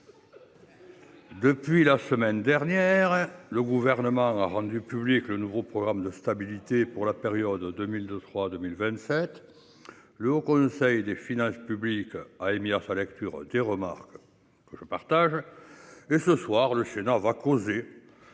Depuis la semaine dernière, le gouvernement a rendu public le nouveau programme de stabilité pour la période 2002 3, 2027. Le Haut conseil des finances publiques a émis sa lecture des remarques. Je partage. Et ce soir le chinois va causer.